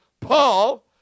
Paul